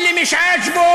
שימאן,